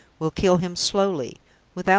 will kill him slowly,